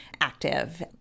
active